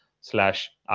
slash